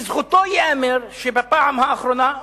לזכותו ייאמר שבפעם האחרונה,